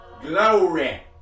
Glory